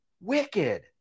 Wicked